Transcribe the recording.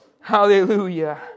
Hallelujah